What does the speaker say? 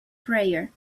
prayer